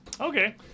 Okay